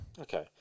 okay